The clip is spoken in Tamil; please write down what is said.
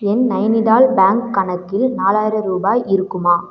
என் நைனிடால் பேங்க் கணக்கில் நாலாயிரம் ரூபாய் இருக்குமா